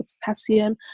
potassium